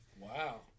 Wow